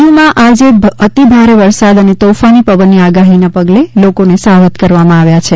દીવમાં આજે અતિભારે વરસાદ અને તોફાની પવનની આગાહીના પગલે લોકોને સાવધ કરવામાં આવ્યા છે